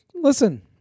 listen